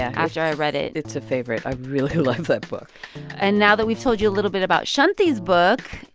after i read it it's a favorite. i really love that book and now that we've told you a little bit about shanthi's book,